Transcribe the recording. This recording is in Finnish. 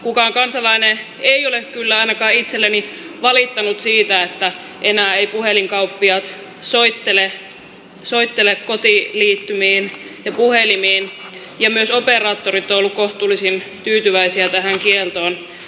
kukaan kansalainen ei ole kyllä ainakaan itselleni valittanut siitä että enää eivät puhelinkauppiaat soittele kotiliittymiin ja puhelimiin ja myös operaattorit ovat olleet kohtuullisen tyytyväisiä tähän kieltoon